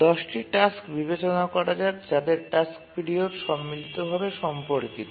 ১০ টি টাস্ক বিবেচনা করা যাক যাদের টাস্ক পিরিয়ড সম্মিলিত ভাবে সম্পর্কিত